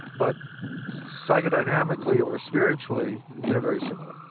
but psycho dynamically or spiritually they're very similar.